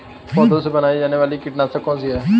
पौधों से बनाई जाने वाली कीटनाशक कौन सी है?